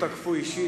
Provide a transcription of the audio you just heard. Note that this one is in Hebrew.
לא תקפו אישית,